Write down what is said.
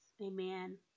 Amen